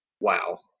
wow